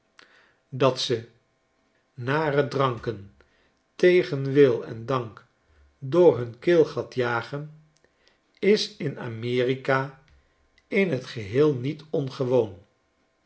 dat ze nare dranken tegen wil en dank door hun keelgat jagen is in a m e r i k a in t geheel niet ongewoon